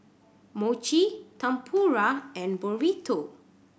Mochi Tempura and Burrito